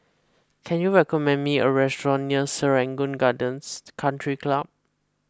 can you recommend me a restaurant near Serangoon Gardens Country Club